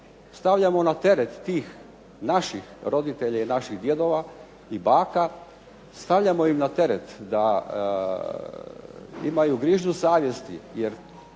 Stavljamo na teret tih naših roditelja i naših djedova i baka, stavljamo im na teret da imaju grižnju savjesti. Jer